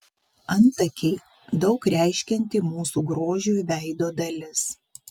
antakiai daug reiškianti mūsų grožiui veido dalis